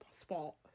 spot